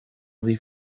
sie